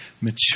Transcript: mature